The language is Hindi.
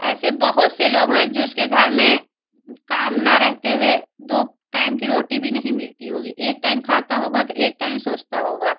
ऐसे बहुत से लोग हैं जिसके घर में काम ना रहते हुए दो टाइम की रोटी भी नहीं मिलती होगी एक टाइम खाता होगा तो एक टाइम सोचता होगा